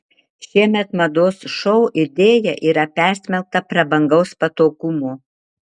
šiemet mados šou idėja yra persmelkta prabangaus patogumo